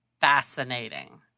fascinating